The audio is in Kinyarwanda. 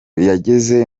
yageze